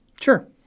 Sure